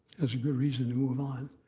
has a good reason to move on.